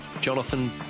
Jonathan